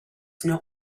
know